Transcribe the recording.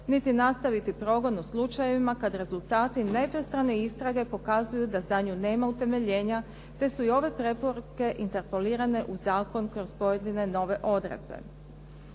niti nastaviti progon u slučajevima kada rezultati nepristrane istrage pokazuju da za nju nema utemeljenja, te su i ove preporuke interpolirane u zakon kroz pojedine nove odredbe.